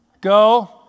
Go